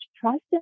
trust